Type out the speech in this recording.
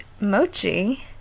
mochi